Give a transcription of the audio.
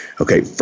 Okay